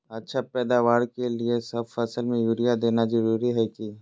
अच्छा पैदावार के लिए सब फसल में यूरिया देना जरुरी है की?